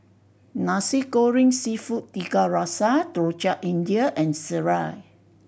Nasi Goreng Seafood Tiga Rasa Rojak India and sireh